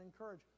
encourage